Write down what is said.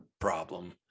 problem